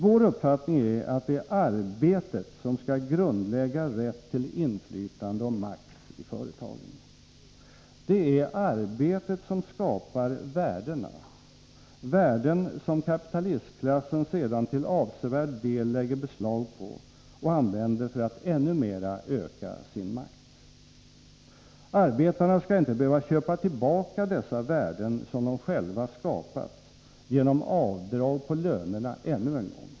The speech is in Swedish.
Vår uppfattning är att det är arbetet som skall grundlägga rätt till inflytande och makt i företagen. Det är arbetet som skapar värdena — värden som kapitalistklassen sedan till avsevärd del lägger beslag på och använder för att ännu mera öka sin makt. Arbetarna skall inte behöva köpa tillbaka dessa värden, som de själva skapat, genom avdrag på lönerna ännu en gång.